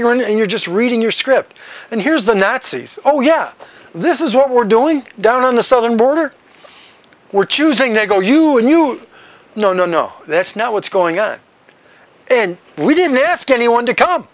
ignorant and you're just reading your script and here's the nazi's oh yeah this is what we're doing down on the southern border we're choosing to go you knew no no no that's not what's going on and we didn't ask anyone to come